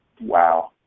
Wow